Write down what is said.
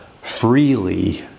freely